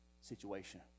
situation